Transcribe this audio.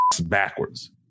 backwards